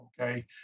okay